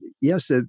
yes